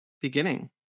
beginning